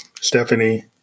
Stephanie